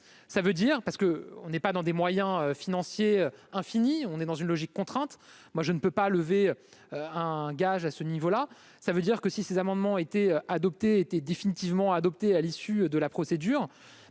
ça veut dire parce que on est pas dans des moyens financiers infini, on est dans une logique contrainte, moi je ne peux pas lever un gage à ce niveau-là, ça veut dire que si ces amendements ont été adoptés, a été définitivement adoptée à l'issue de la procédure,